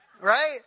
right